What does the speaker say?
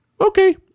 Okay